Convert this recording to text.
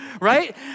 right